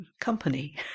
company